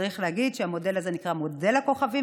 צריך להגיד שהמודל הזה נקרא "מודל הכוכבים",